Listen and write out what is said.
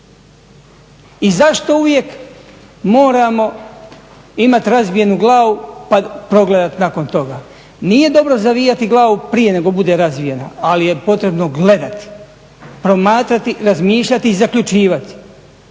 I zašto uvijek moramo imati razbijenu glavu pa progledati nakon toga? Nije dobro zavijati glavu prije nego bude razbijena, ali je potrebno gledati, promatrati, razmišljati i zaključivati.